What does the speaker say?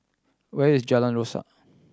where is Jalan Rasok